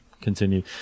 continue